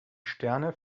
sterne